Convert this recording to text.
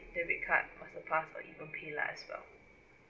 debit card master pass or even pay lah as well